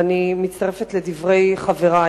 ואני מצטרפת לדברי חברי